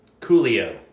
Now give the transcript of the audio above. Coolio